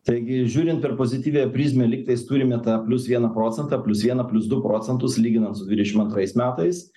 taigi žiūrint per pozityviąją prizmę lygtais turime tą plius vieną procentą plius vieną plius du procentus lyginant su dvidešim antrais metais